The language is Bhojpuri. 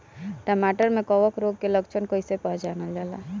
टमाटर मे कवक रोग के लक्षण कइसे पहचानल जाला?